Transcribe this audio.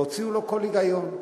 והוציאו ממנו כל היגיון.